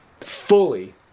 fully